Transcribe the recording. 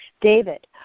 David